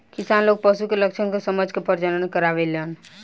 किसान लोग पशु के लक्षण के समझ के प्रजनन करावेलन